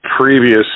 previous